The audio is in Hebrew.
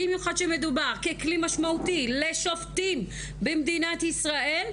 במיוחד כשמדובר בכלי משמעותי לשופטים במדינת ישראל,